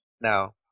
Now